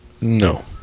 No